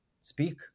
speak